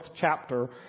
chapter